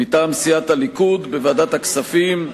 מטעם סיעת הליכוד: בוועדת הכספים,